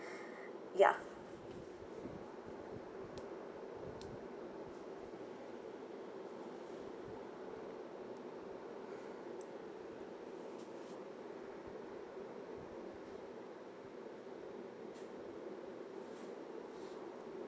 ya